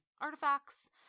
artifacts